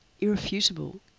irrefutable